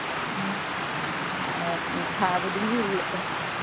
ꯎꯝ ꯊꯥ ꯈꯨꯗꯤꯡꯒꯤ